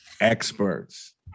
experts